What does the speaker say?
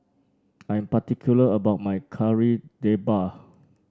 I'm particular about my Kari Debal